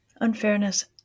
Unfairness